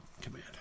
command